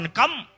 come